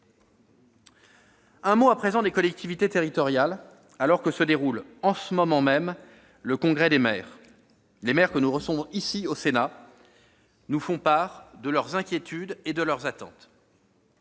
Un mot à présent des collectivités territoriales, alors que se déroule en ce moment même le Congrès des maires. Les maires que nous recevons, ici, au Sénat nous font part de leurs inquiétudes et de leurs attentes.